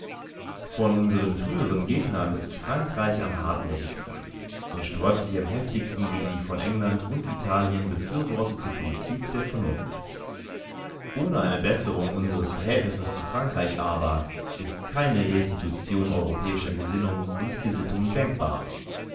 von unseren früheren gegnern ist frankreich am hartnäckigsten und sträubt sich am heftigsten gegen die von england und italien befürwortete politik der vernunft ohne eine besserung unseres verhältnisses zu frankreich aber ist keine restitution europäischer gesinnung und gesittung denkbar